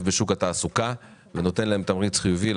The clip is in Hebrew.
בשוק התעסוקה ונותן להם תמריץ חיובי,